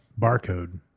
barcode